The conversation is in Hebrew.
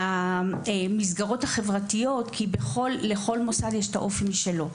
מבחינת המסגרות החברתיות כי לכל מוסד יש אופי משלו.